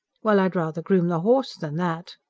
well, i'd rather groom the horse than that.